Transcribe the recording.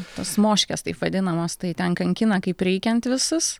tos moškės taip vadinamos tai ten kankina kaip reikiant visus